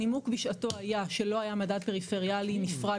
הנימוק בשעתו היה שלא היה מדד פריפריאלי נפרד